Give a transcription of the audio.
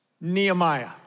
Nehemiah